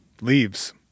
Leaves